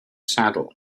saddle